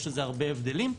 יש לזה הרבה הבדלים.